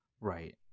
Right